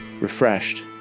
refreshed